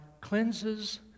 cleanses